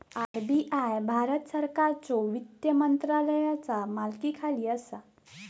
RBI Bharat सरकारच्यो वित्त मंत्रालयाचा मालकीखाली असा